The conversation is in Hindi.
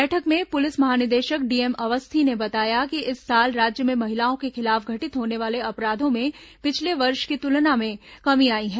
बैठक में पुलिस महानिदेशक डीएम अवस्थी ने बताया कि इस साल राज्य में महिलाओं के खिलाफ घटित होने वाले अपराधों में पिछले वर्ष की तुलना में कमी आई है